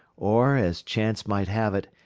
or, as chance might have it,